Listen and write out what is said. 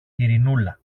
ειρηνούλα